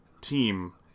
team